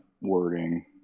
wording